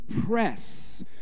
press